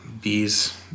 Bees